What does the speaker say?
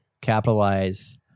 capitalize